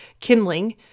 kindling